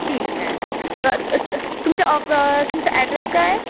ठीक आहे व त त तुमच्या ऑप तुमचा ॲड्रेस काय आहे